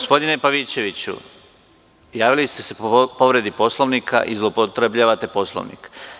Gospodine Pavićeviću, javili ste se po povredi Poslovnika i zloupotrebljavate Poslovnik.